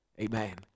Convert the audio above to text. Amen